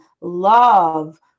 love